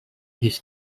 his